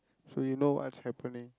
so you know what's happening